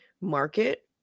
market